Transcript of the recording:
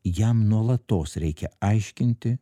jam nuolatos reikia aiškinti